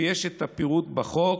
ויש את הפירוט בחוק,